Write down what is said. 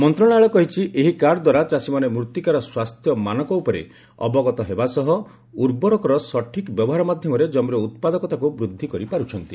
ମନ୍ତ୍ରଣାଳୟ କହିଛି ଏହି କାର୍ଡ ଦ୍ୱାରା ଚାଷୀମାନେ ମୃଭିକାର ସ୍ୱାସ୍ଥ୍ୟ ମାନକ ଉପରେ ଅବଗତ ହେବା ସହ ଉର୍ବରକର ସଠିକ୍ ବ୍ୟବହାର ମାଧ୍ୟମରେ ଜମିର ଉତ୍ପାଦକତାକୁ ବୃଦ୍ଧି କରିପାରୁଛନ୍ତି